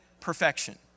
perfection